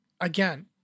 again